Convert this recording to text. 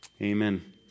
amen